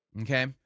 Okay